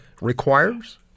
requires